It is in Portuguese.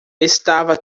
estava